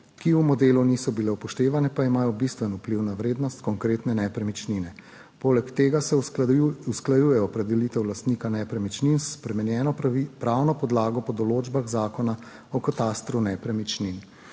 ki v modelu niso bile upoštevane pa imajo bistven vpliv na vrednost konkretne nepremičnine. Poleg tega se usklajuje opredelitev lastnika nepremičnin s spremenjeno pravno podlago po določbah Zakona o katastru nepremičnin.